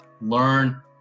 learn